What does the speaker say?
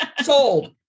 sold